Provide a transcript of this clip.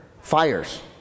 fires